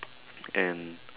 and